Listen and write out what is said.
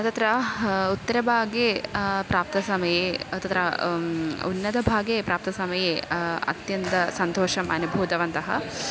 तत्र उत्तरभागे प्राप्तसमये तत्र उन्नतभागे प्राप्तसमये अत्यन्तसन्तोषम् अनुभूतवन्तः